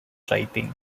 writing